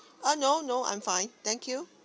uh no no I'm fine thank you